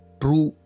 true